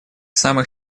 самых